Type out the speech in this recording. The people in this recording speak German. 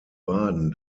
baden